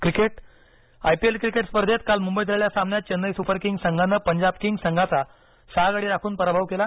cricket IPL cricket स्पर्धेत काल मुंबईत झालेल्या सामन्यात चेन्नई सुपर किंग्ज संघानं पंजाब किंग्ज संघाचा सहा गडी राखून पराभव केला